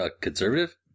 Conservative